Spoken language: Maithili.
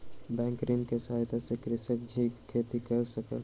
बैंक ऋण के सहायता सॅ कृषक झींगा खेती कय सकल